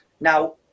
Now